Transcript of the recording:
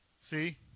See